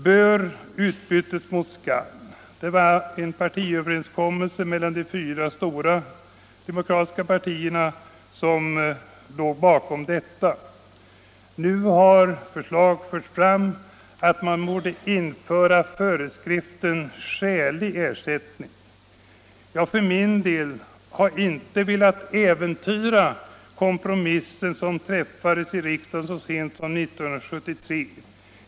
Bör utbyttes mot skall. Det var en partiöverenskommelse mellan de fyra stora demokratiska partierna som låg bakom detta. Nu har förslag förts fram att man borde införa föreskriften ”skälig ersättning”. Jag för min del har inte velat äventyra kompromissen som träffades i riksdagen så sent som 1973.